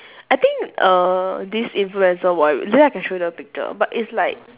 I think err this influencer wore it later I can show you the picture but it's like